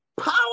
power